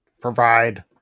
provide